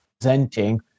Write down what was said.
presenting